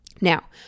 Now